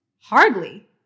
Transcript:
Hardly